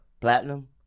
platinum